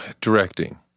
directing